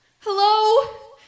Hello